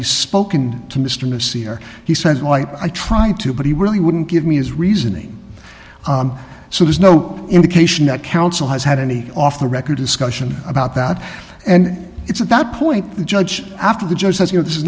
you spoken to mr missy or he says why i tried to but he really wouldn't give me his reasoning so there's no indication that counsel has had any off the record discussion about that and it's at that point the judge after the judge says you know this is